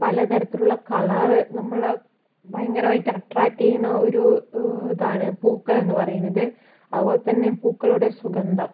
പലതരത്തിലുള്ള കളറ് നമ്മള് ഭയങ്കരമായിട്ട് അട്രാക്ട് ചെയ്യുന്ന ഒരു ഒരു ഇതാണ് പൂക്കള് എന്ന് പറയുന്നത് അതുപോലെതന്നെ പൂക്കളുടെ സുഗന്ധം